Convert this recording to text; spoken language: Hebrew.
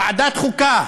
ועדת החוקה,